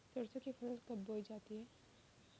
सरसों की फसल कब बोई जाती है?